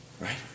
right